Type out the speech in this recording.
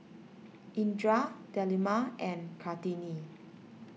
Indra Delima and Kartini